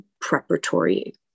preparatory